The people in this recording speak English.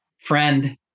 friend